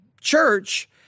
church